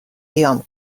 قیام